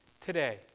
Today